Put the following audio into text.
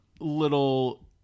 little